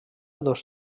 dos